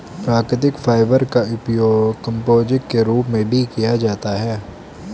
प्राकृतिक फाइबर का उपयोग कंपोजिट के रूप में भी किया जाता है